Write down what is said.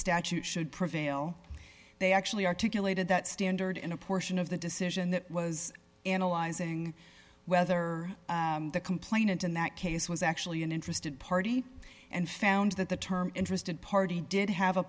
statute should prevail they actually articulated that standard in a portion of the decision that was analyzing whether the complainant in that case was actually an interested party and found that the term interested party did have a